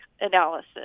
Analysis